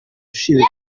ushinzwe